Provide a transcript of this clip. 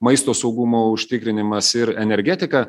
maisto saugumo užtikrinimas ir energetika